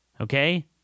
Okay